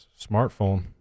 smartphone